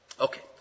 Okay